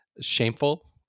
shameful